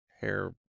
hair